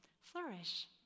Flourish